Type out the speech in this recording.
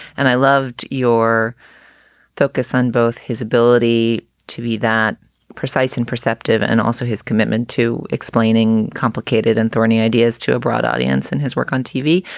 and i loved your focus on both his ability to be that precise and perceptive and also his commitment to explaining complicated and thorny ideas to a broad audience and his work on tv.